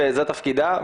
וזה תפקידה,